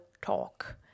Talk